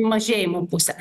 mažėjimo pusę